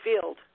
Field